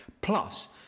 Plus